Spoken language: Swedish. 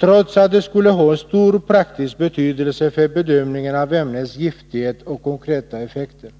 trots att de skulle ha stor praktisk betydelse för bedömningen av ämnens giftighet och kroniska effekter.